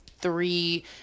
three